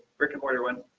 brick and mortar one,